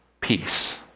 peace